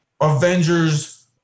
Avengers